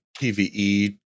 PvE